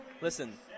Listen